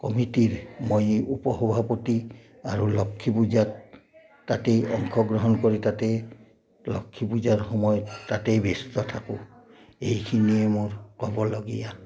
কমিটিৰ মই উপ সভাপতি আৰু লক্ষী পূজাত তাতেই অংশগ্ৰহণ কৰি তাতেই লক্ষ্মী পূজাৰ সময়ত তাতেই ব্যস্ত থাকোঁ এইখিনিয়ে মোৰ ক'বলগীয়া